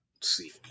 see